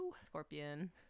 scorpion